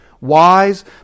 wise